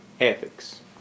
ethics